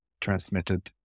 transmitted